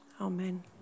amen